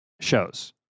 shows